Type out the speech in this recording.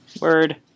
word